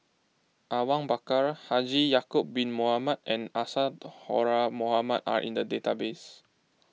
Awang Bakar Haji Ya'Acob Bin Mohamed and Isadhora Mohamed are in the database